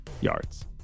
yards